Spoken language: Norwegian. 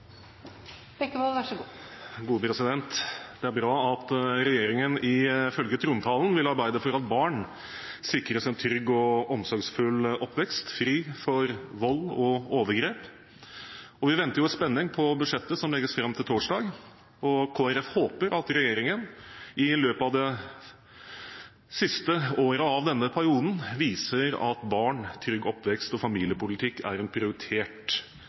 bra at regjeringen ifølge trontalen vil arbeide for at barn sikres en trygg og omsorgsfull oppvekst fri for vold og overgrep. Vi venter i spenning på budsjettet som legges fram til torsdag. Kristelig Folkeparti håper at regjeringen i løpet av det siste året av denne perioden viser at barn, trygg oppvekst og familiepolitikk er et prioritert